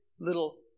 little